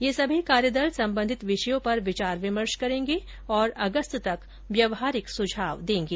ये सभी कार्यदल संबंधित विषयों पर विचार विमर्श करेंगे और अगस्त तक व्यावहारिक सुझाव देंगे